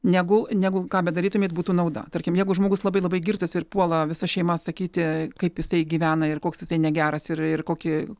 negu negu ką bedarytumėt būtų nauda tarkim jeigu žmogus labai labai girtas ir puola visa šeima sakyti kaip jisai gyvena ir koks jisai negeras ir ir kokį